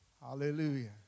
Hallelujah